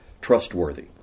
trustworthy